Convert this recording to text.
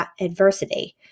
adversity